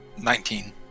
Nineteen